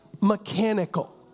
mechanical